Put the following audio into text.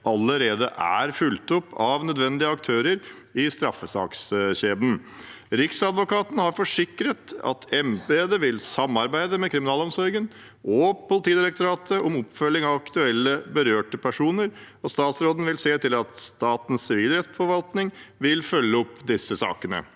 allerede er fulgt opp av nødvendige aktører i straffesakskjeden. Riksadvokaten har forsikret at embetet vil samarbeide med kriminalomsorgen og Politidirektoratet om oppfølging av aktuelle berørte personer, og statsråden vil se til at Statens sivilrettsforvaltning følger opp disse sakene.